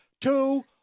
two